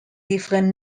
different